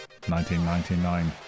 1999